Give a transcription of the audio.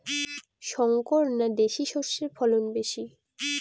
শংকর না দেশি সরষের ফলন বেশী?